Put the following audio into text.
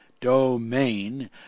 domain